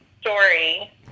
story